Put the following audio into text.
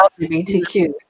LGBTQ